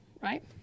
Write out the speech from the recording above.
right